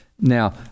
Now